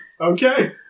Okay